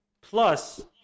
Plus